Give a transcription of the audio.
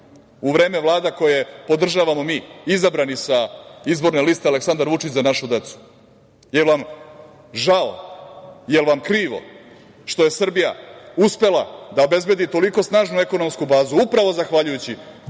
u vreme vlada koje podržavamo mi, izabrani sa izborne liste „Aleksandar Vučić – za našu decu“? Da li vam je žao, da li vam je krivo što je Srbija uspela da obezbedi toliko snažnu ekonomsku bazu upravo zahvaljujući